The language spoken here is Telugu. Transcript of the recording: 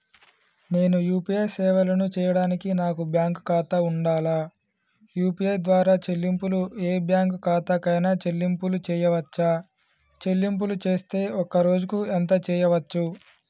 నేను యూ.పీ.ఐ సేవలను చేయడానికి నాకు బ్యాంక్ ఖాతా ఉండాలా? యూ.పీ.ఐ ద్వారా చెల్లింపులు ఏ బ్యాంక్ ఖాతా కైనా చెల్లింపులు చేయవచ్చా? చెల్లింపులు చేస్తే ఒక్క రోజుకు ఎంత చేయవచ్చు?